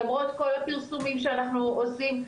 למרות כל הפרסומים שאנחנו עושים,